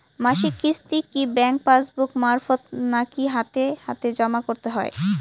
মাসিক কিস্তি কি ব্যাংক পাসবুক মারফত নাকি হাতে হাতেজম করতে হয়?